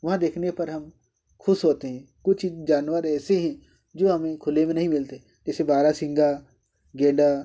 वहाँ देखने पर हम खुश होते हैं कुछ जानवर ऐसे हैं जो हमें खुले में नहीं मिलते जैसे बारहसिंगा गेंडा